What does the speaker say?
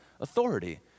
authority